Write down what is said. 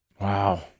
Wow